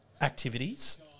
activities